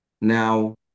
Now